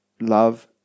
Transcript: love